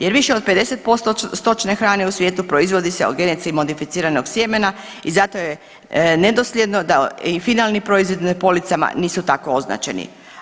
Jer više od 50% stočne hrane u svijetu proizvodi se od genetski modificiranog sjemena i zato je nedosljedno da i finalni proizvodi na policama nisu tako označeni.